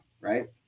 right